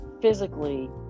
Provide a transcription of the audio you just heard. physically